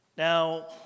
Now